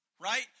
Right